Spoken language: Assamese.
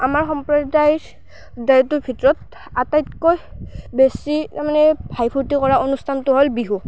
আমাৰ সম্প্ৰদায় দায়টোৰ ভিতৰত আটাইতকৈ বেছি তাৰমানে হাঁহি ফূৰ্তি কৰা অনুষ্ঠানটো হ'ল বিহু